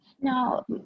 No